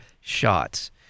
shots